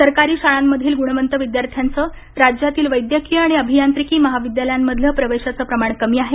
सरकारी शाळांमधील गुणवंत विद्यार्थ्यांचं राज्यातील वैद्यकीय आणि अभियांत्रिकी महाविद्यालयांमधलं प्रवेशाचं प्रमाण कमी आहे